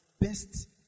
best